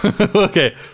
Okay